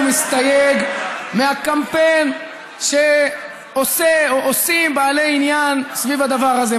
ואני חוזר ומסתייג מהקמפיין שעושה או עושים בעלי עניין סביב הדבר הזה.